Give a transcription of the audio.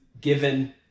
given